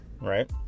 right